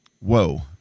Whoa